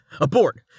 Abort